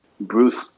Bruce